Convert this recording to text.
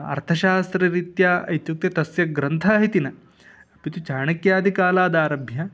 अर्थशास्त्ररीत्या इत्युक्ते तस्य ग्रन्थः इति न अपि तु चाणक्यादिकालादारभ्य